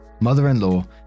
mother-in-law